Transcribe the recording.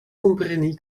kompreni